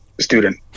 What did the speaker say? student